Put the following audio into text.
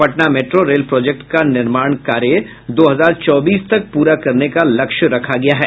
Patna metro rail project का निर्माण कार्य दो हजार चौबीस तक पूरा करने का लक्ष्य रखा गया है